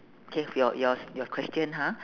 K for your yours your question ha